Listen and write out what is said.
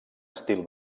estil